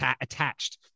attached